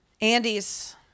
Andy's